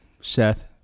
Seth